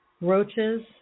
Roaches